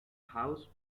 house